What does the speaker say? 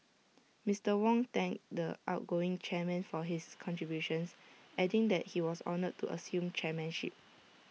Mister Wong thanked the outgoing chairman for his contributions adding that he was honoured to assume chairmanship